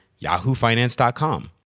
yahoofinance.com